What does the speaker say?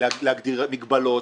להגדיר מגבלות,